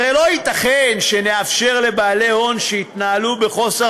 הרי לא ייתכן שנאפשר לבעלי הון שהתנהלו בחוסר